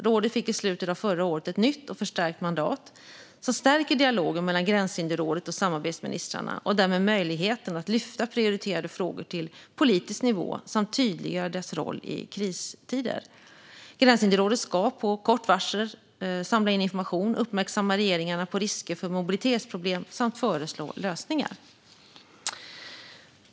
Rådet fick i slutet av förra året ett nytt och förstärkt mandat som stärker dialogen mellan Gränshinderrådet och samarbetsministrarna och därmed möjligheten att lyfta prioriterade frågor till politisk nivå samt tydliggöra dess roll i kristider. Gränshinderrådet ska med kort varsel samla in information, uppmärksamma regeringarna på risker för mobilitetsproblem samt föreslå lösningar.